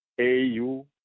AU